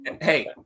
Hey